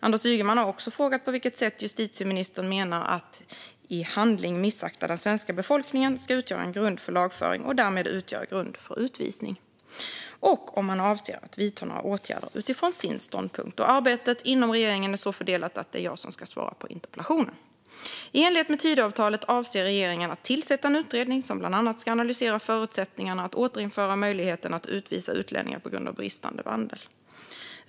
Anders Ygeman har också frågat på vilket sätt justitieministern menar att "i handling missakta den svenska befolkningen" ska utgöra grund för lagföring och därmed för utvisning och om han avser att vidta några åtgärder utifrån sin ståndpunkt. Arbetet inom regeringen är så fördelat att det är jag som ska svara på interpellationen. I enlighet med Tidöavtalet avser regeringen att tillsätta en utredning som bland annat ska analysera förutsättningarna för att återinföra möjligheten att utvisa utlänningar på grund av bristande vandel.